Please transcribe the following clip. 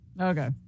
Okay